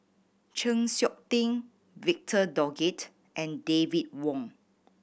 Chng Seok Tin Victor Doggett and David Wong